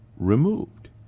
removed